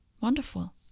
Wonderful